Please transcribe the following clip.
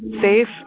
safe